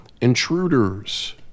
intruders